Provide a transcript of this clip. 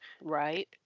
Right